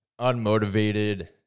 unmotivated